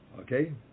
Okay